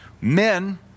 Men